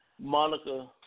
Monica